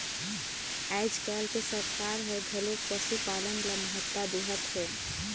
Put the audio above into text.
आयज कायल तो सरकार हर घलो पसुपालन ल महत्ता देहत हे